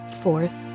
Fourth